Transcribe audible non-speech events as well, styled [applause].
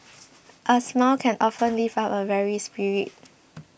[noise] a smile can often lift up a weary spirit [noise]